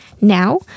Now